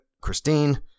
Christine